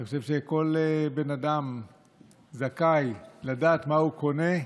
אני חושב שכל בן אדם זכאי לדעת מה הוא קונה,